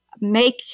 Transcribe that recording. make